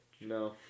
No